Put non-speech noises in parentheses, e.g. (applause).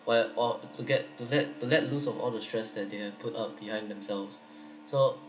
where or to get to let to let loose of all the stress that they have put up behind themselves (breath) so